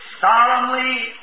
solemnly